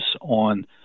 on